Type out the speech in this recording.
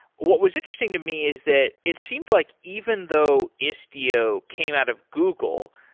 what was interesting to me is that it seemed like even though istio came out of google,